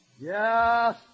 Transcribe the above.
Yes